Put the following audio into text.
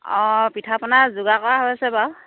অঁ পিঠাপনা যোগাৰ কৰা হৈছে বাৰু